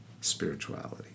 spirituality